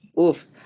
oof